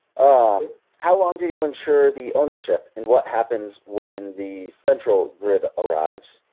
um how long do you ensure the ownership and what happens when the central grid arrives?